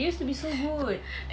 they used to be so good